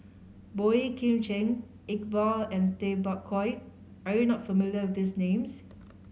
Boey Kim Cheng Iqbal and Tay Bak Koi are you not familiar with these names